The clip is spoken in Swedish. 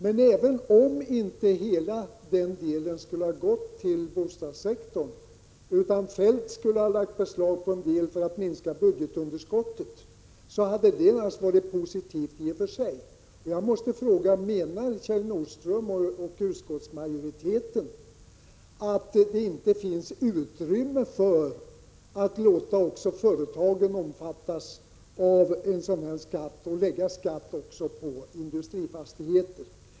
Men även om inte hela den delen skulle ha gått till bostadssektorn utan Feldt skulle ha lagt beslag på en del för att minska budgetunderskottet, hade det naturligtvis varit positivt i och för sig. Jag måste fråga: Menar Kjell Nordström och utskottsmajoriteten att det inte finns utrymme för att låta också företagen omfattas av en sådan här skatt och att lägga skatt också på industrifastigheter?